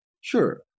Sure